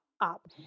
up